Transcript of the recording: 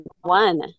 one